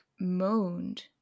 moaned